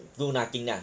do nothing lah